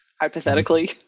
hypothetically